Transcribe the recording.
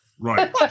right